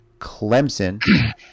Clemson